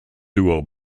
duo